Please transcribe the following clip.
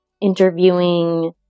interviewing –